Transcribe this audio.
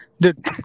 Dude